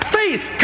faith